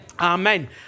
Amen